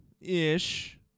ish